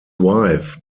wife